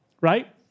Right